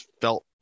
felt